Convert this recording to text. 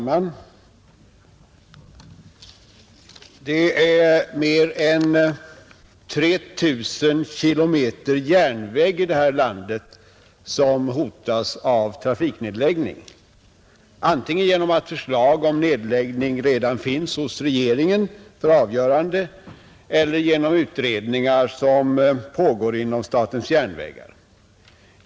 Herr talman! Mer än 3 000 kilometer järnväg i detta land hotas av nedläggning, antingen genom att förslag om nedläggning redan finns hos regeringen för avgörande eller genom utredningar som pågår inom statens järnvägar.